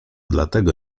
dlatego